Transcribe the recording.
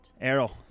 Errol